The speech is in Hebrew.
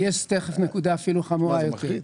יש נקודה אפילו חמורה יותר.